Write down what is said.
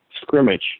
scrimmage